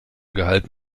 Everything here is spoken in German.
gehalten